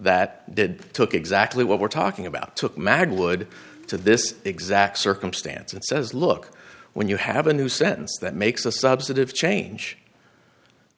that did took exactly what we're talking about took mad would to this exact circumstance and says look when you have a new sentence that makes a substantive change